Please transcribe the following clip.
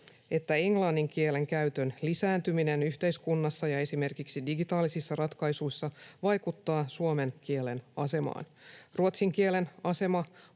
että englannin kielen käytön lisääntyminen yhteiskunnassa ja esimerkiksi digitaalisissa ratkaisuissa vaikuttaa suomen kielen asemaan. Ruotsin kielen asema